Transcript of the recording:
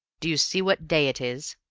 do you see what day it is?